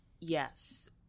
Yes